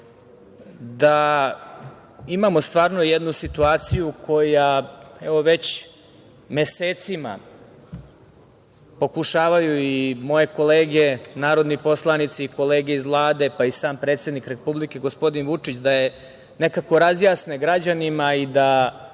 da imamo stvarno jednu situaciju koja evo već mesecima pokušavaju i moje kolege narodni poslanici i kolege iz Vlade pa i sam predsednik Republike, gospodin Vučić da je nekako razjasne građanima i da